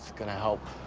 gonna help.